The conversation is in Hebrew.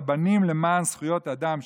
רבנים למען זכויות אדם,